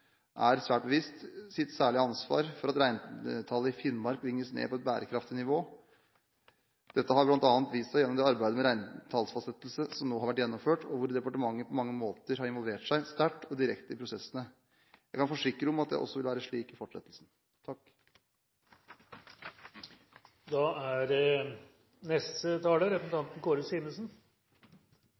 er svært bevisst sitt særlige ansvar for at reintallet i Finnmark bringes ned på et bærekraftig nivå. Dette har bl.a. vist seg gjennom det arbeidet med reintallsfastsettelse som nå har vært gjennomført, og hvor departementet på mange måter har involvert seg sterkt og direkte i prosessene. Jeg kan forsikre om at det også vil være slik i fortsettelsen.